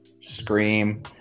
Scream